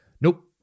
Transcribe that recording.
Nope